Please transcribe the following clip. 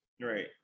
right